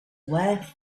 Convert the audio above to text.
worth